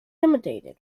imitated